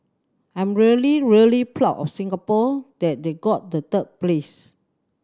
I'm really really proud of Singapore that they got the third place